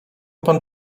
pan